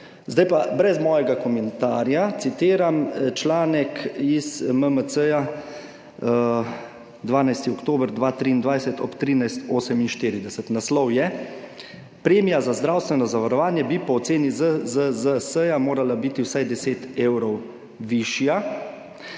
Zdaj pa brez mojega komentarja citiram članek iz MMC, 12. oktober 2023 ob 13.48, naslov je: »Premija za zdravstveno zavarovanje bi po oceni ZZZS morala biti vsaj 10 evrov višja,